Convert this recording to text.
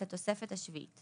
את התוספת השביעית.